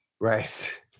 Right